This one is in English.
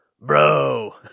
Bro